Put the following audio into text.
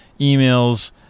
emails